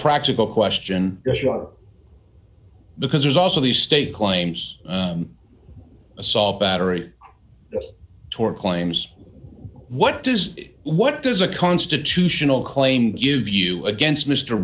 practical question because there's also the state claims assault battery tort claims what does what does a constitutional claim give you against mr